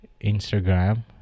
Instagram